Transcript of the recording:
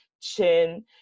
chin